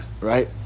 right